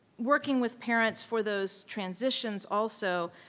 working with parents for those transitions also,